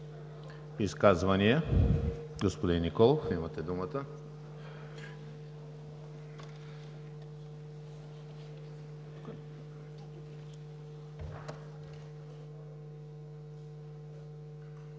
Изказвания? Господин Николов, имате думата.